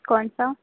کون سا